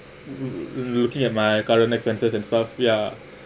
looking at my current expenses and stuff ya